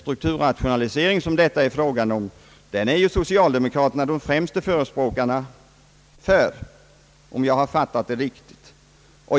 turrationalisering som det är fråga om är socialdemokraterna de främsta förespråkarna för, om jag fattat saken rätt.